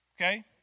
okay